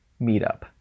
meetup